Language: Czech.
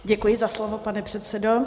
Děkuji za slovo, pane předsedo.